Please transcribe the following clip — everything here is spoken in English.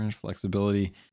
flexibility